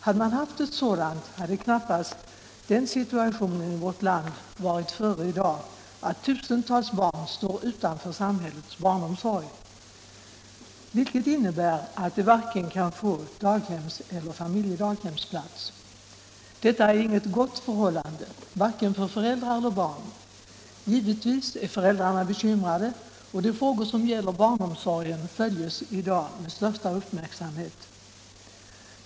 Hade man haft ett sådant hade knappast den situationen i vårt land varit före i dag att tusentals barn står utanför samhällets barnomsorg, vilket innebär att de varken kan få daghemseller familjedaghemsplats. Detta är inget gott förhållande, vare sig för föräldrar eller barn. Givetvis är föräldrarna bekymrade, och frågor som gäller barnomsorgen följs i dag av dem med största uppmärksamhet.